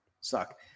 suck